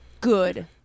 Good